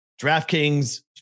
DraftKings